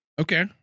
Okay